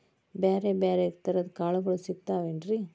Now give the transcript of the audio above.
ಬ್ಯಾರೆ ಬ್ಯಾರೆ ತರದ್ ಕಾಳಗೊಳು ಸಿಗತಾವೇನ್ರಿ?